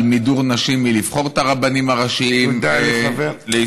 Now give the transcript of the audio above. על הדרת נשים מלבחור את הרבנים הראשיים לישראל,